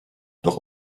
doch